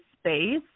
space